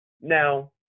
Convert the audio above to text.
Now